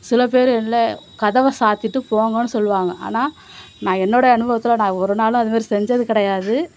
சில பேர் இல்லை கதவை சாற்றிட்டு போங்கன்னு சொல்லுவாங்க ஆனால் நான் என்னோட அனுபவத்தில் நான் ஒரு நாளும் அதுமாரி செஞ்சது கிடையாது